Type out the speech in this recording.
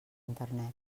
internet